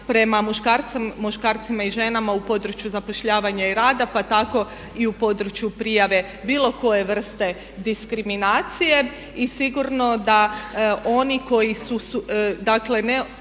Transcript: prema muškarcima i ženama u području zapošljavanja i rada pa tako i u području prijave bilo koje vrste diskriminacije. Sigurno da oni koji su, dakle ne